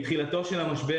מתחילתו של המשבר,